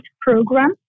program